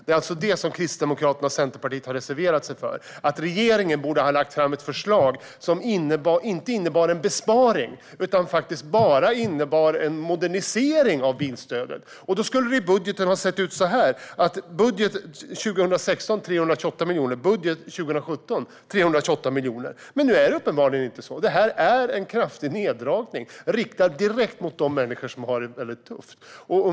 Enligt Kristdemokraternas och Centerpartiets reservation borde regeringen ha lagt fram ett förslag som inte innebär en besparing utan bara en modernisering av bilstödet. Då skulle budgeten ha sett ut så här: 328 miljoner för 2016 och 328 miljoner för 2017. Men nu är det uppenbarligen inte så, utan det är en kraftig neddragning riktad direkt mot människor som har det väldigt tufft.